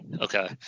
Okay